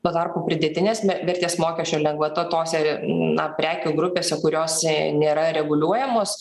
tuo tarpu pridėtinės vertės mokesčio lengvata toserio na prekių grupėse kuriose nėra reguliuojamos